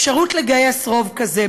אפשרות לגייס רוב כזה,